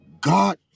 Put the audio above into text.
God